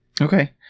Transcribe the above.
Okay